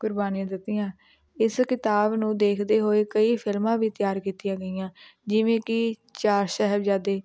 ਕੁਰਬਾਨੀਆਂ ਦਿੱਤੀਆਂ ਇਸ ਕਿਤਾਬ ਨੂੰ ਦੇਖਦੇ ਹੋਏ ਕਈ ਫਿਲਮਾਂ ਵੀ ਤਿਆਰ ਕੀਤੀਆਂ ਗਈਆਂ ਜਿਵੇਂ ਕਿ ਚਾਰ ਸਾਹਿਬਜ਼ਾਦੇ